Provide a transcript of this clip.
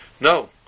No